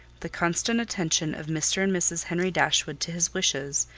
the constant attention of mr. and mrs. henry dashwood to his wishes,